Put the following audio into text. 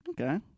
okay